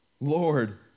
Lord